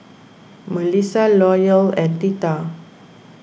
Mellissa Loyal and theta